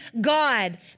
God